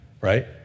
right